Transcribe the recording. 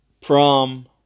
prom